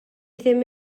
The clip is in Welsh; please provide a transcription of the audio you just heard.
ddim